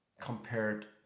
compared